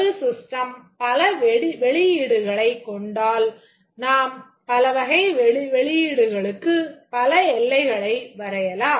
ஒரு system பல வெளியீடுகளைக் கொண்டால் நாம் பலவகை வெளியீடுகளுக்குப் பல எல்லைகளை வரையலாம்